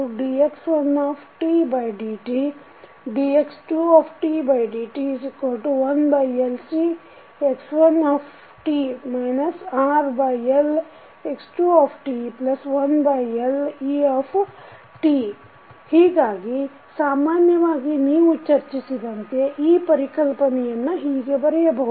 x2tdx1dt dx2dt 1LCx1t RLx2t1Let ಹೀಗಾಗಿ ಸಾಮಾನ್ಯವಾಗಿ ನೀವು ಚರ್ಚಿಸಿದಂತೆ ಈ ಪರಿಕಲ್ಪನೆಯನ್ನು ಹೀಗೆ ಬರೆಯಬಹುದು